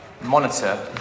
monitor